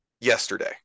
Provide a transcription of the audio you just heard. yesterday